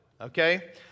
Okay